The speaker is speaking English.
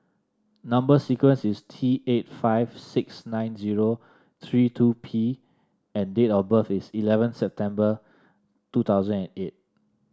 number sequence is T eight five six nine zero three two P and date of birth is eleven September two thousand and eight